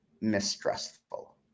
mistrustful